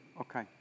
Okay